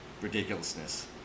ridiculousness